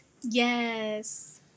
Yes